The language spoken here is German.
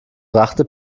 brachte